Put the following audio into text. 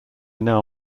now